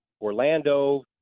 Orlando